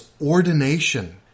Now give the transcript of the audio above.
ordination